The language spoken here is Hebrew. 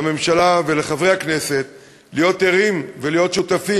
לממשלה ולחברי הכנסת להיות ערים ולהיות שותפים